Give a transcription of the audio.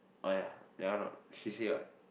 oh ya that one not she say what